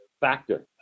factor